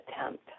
attempt